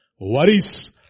worries